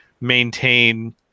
maintain